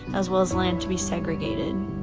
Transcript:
as well as land to be segregated.